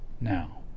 now